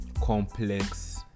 complex